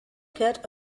get